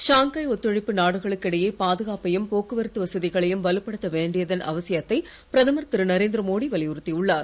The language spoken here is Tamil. ஷாங்காய் ஒத்துழைப்பு நாடுகளுக்கு இடையே பாதுகாப்பையும் போக்குவரத்து வசதிகளையும் வலுப்படுத்த வேண்டியதன் அவசியத்தை பிரதமர் திருநரேந்திர மோடி வலியுறுத்தியுள்ளார்